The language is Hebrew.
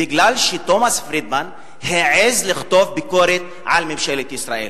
בגלל שתומס פרידמן העז לכתוב ביקורת על ממשלת ישראל.